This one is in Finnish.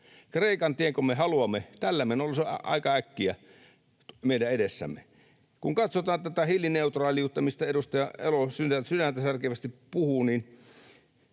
Kreikan tienkö me haluamme? Tällä menolla se on aika äkkiä meidän edessämme. Katsotaan tätä hiilineutraaliutta, mistä edustaja Elo sydäntäsärkevästi puhuu: kun